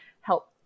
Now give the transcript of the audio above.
help